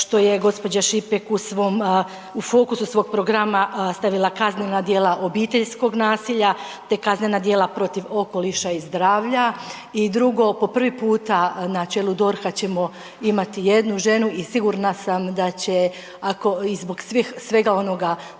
što je gospođa Šipek u fokusu svog programa stavila kaznena djela obiteljskog nasilja te kaznena djela protiv okoliša i zdravlja. I drugo, po prvi puta na čelu DORH-a ćemo imati jednu ženu i sigurna sam da će ako i zbog svega onoga